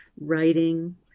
writing